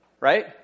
Right